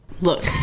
Look